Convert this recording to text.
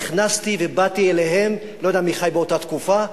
נכנסתי ובאתי אליהם, לא יודע מי חי באותה תקופה,